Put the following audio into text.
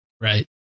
Right